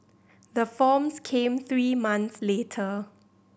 the forms came three months later